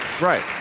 Right